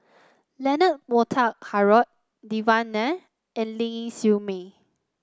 Leonard Montague Harrod Devan Nair and Ling Siew May